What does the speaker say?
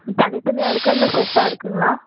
தனித்தனியாக இருக்கா இல்லை செட்டாக இருக்குங்களா